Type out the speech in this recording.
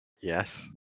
Yes